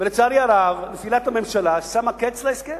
ולצערי הרב, נפילת הממשלה שמה קץ להסכם.